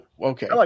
okay